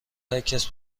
هرکس